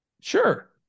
Sure